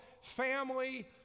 family